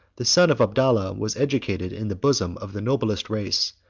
the son of abdallah was educated in the bosom of the noblest race,